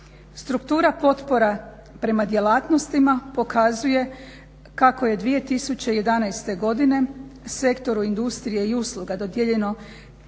Struktura potpora prema djelatnostima pokazuje kako je 2011.godine sektoru industrije i usluga dodijeljeno